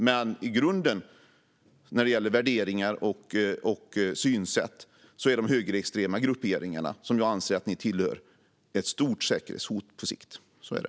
Men i grunden, när det gäller värderingar och synsätt, är de högerextrema grupperingarna, som jag anser att ni tillhör, ett stort säkerhetshot på sikt.